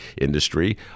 industry